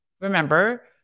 remember